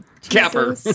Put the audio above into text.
Capper